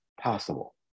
possible